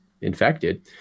infected